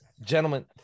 gentlemen